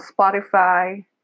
Spotify